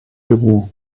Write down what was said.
büro